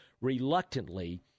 reluctantly